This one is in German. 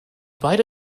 beide